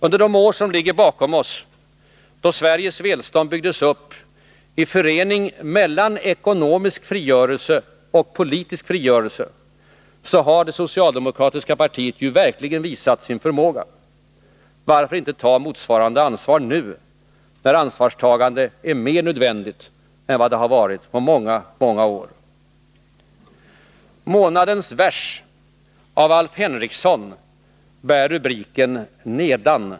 Under de år som ligger bakom oss, då Sveriges välstånd byggdes upp i förening mellan ekonomisk frigörelse och politisk frigörelse, har det socialdemokratiska partiet verkligen visat sin förmåga. Varför inte ta motsvarande ansvar nu, när ansvarstagande är mer nödvändigt än vad det varit på många många år. Månadens vers av Alf Henrikson bär rubriken ”Nedan”.